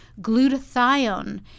glutathione